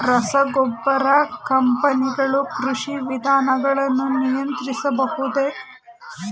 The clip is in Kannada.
ರಸಗೊಬ್ಬರ ಕಂಪನಿಗಳು ಕೃಷಿ ವಿಧಾನಗಳನ್ನು ನಿಯಂತ್ರಿಸಬಹುದೇ?